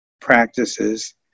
practices